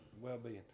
well-being